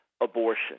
abortion